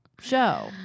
show